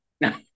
No